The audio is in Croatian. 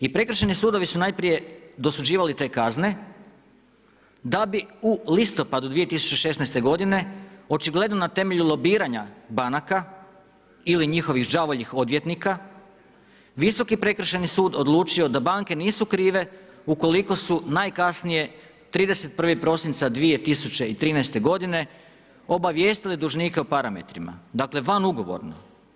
I prekršajni sudovi su najprije dosuđivali te kazne, da bi u listopadu 2016. godine očigledno na temelju lobiranja banaka ili njihovih đavoljih odvjetnika Visoki prekršajni sud odlučio da banke nisu krive ukoliko su najkasnije, 31. prosinca 2013. godine obavijestile dužnike o parametrima, dakle van ugovorno.